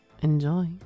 enjoy